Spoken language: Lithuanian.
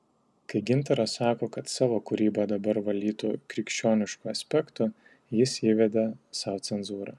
kai gintaras sako kad savo kūrybą dabar valytų krikščionišku aspektu jis įveda sau cenzūrą